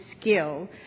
skill